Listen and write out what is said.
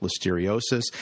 Listeriosis